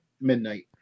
midnight